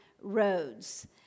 roads